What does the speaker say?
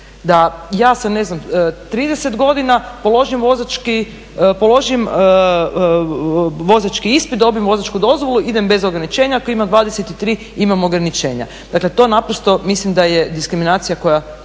da ja sa ne znam 30 godina položim vozački, položim vozački ispit, dobijem vozačku dozvolu idem bez ograničenja, ako imam 23 imam ograničenja. Dakle, to naprosto mislim da je diskriminacija koja